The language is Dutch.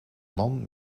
man